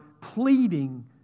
pleading